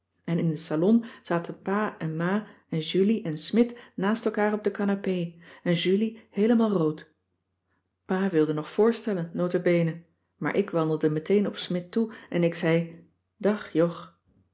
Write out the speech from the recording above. en in den salon zaten pa en ma en julie en smidt naast elkaar op de canapé en julie heelemaal rood pa wilde nog voorstellen nota bene maar ik wandelde meteen op smidt toe en ik zei dag jog